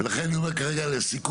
לכן אני אומר כרגע לסיכום,